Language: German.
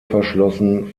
verschlossen